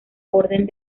orden